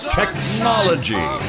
technology